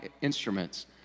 instruments